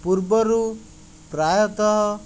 ପୂର୍ବରୁ ପ୍ରାୟତଃ